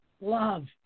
love